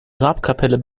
grabkapelle